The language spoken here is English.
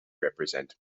represent